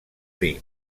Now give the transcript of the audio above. dir